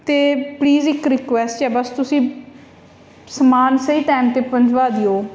ਅਤੇ ਪਲੀਜ਼ ਇੱਕ ਰਿਕੁਐਸਟ ਹੈ ਬਸ ਤੁਸੀਂ ਸਮਾਨ ਸਹੀ ਟਾਈਮ 'ਤੇ ਪਹੁੰਚਾ ਦਿਓ